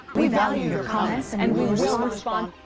we value your comments. and we will and respond